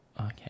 Okay